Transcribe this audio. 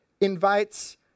invites